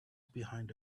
behind